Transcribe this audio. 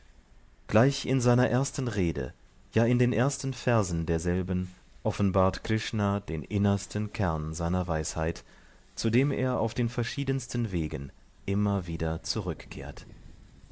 gleich in seiner ersten rede ja in den ersten versen derselben offenbart krishna den innersten kern seiner weisheit zu dem er auf den verschiedensten wegen immer wieder zurückkehrt